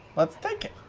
let's take it!